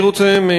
תודה רבה.